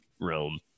realm